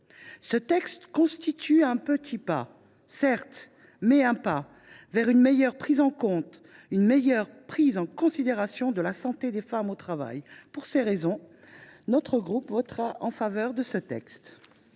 Ce texte constitue un petit pas, certes, mais un pas tout de même vers une meilleure prise en considération de la santé des femmes au travail. Pour cette raison, notre groupe votera en faveur de cette